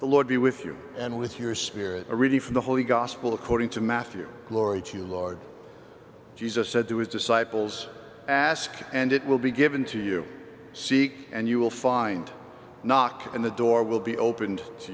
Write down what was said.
the lord be with you and with your spirit a relief from the holy gospel according to matthew glory to lord jesus said to his disciples ask and it will be given to you seek and you will find knock and the door will be opened to